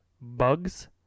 Bugs